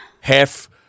Half